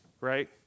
right